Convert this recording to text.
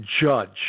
judge